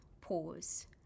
pause